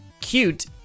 cute